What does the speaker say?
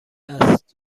است